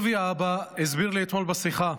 טוביה האבא הסביר לי אתמול בשיחה,